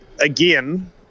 again